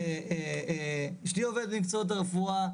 אשתי עובדת במקצועות הרפואה,